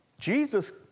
Jesus